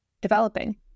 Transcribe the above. developing